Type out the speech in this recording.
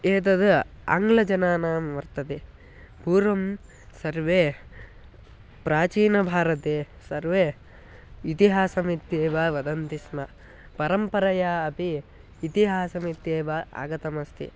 एतत् आङ्ग्लजनानां वर्तते पूर्वं सर्वे प्राचीनभारते सर्वे इतिहासमित्येव वदन्ति स्म परम्परया अपि इतिहासमित्येव आगतमस्ति